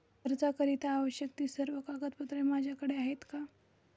कर्जाकरीता आवश्यक ति सर्व कागदपत्रे माझ्याकडे आहेत का?